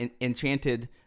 Enchanted